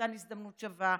במתן הזדמנות שווה,